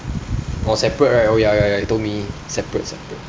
oh separate right oh ya ya ya you told me separate separate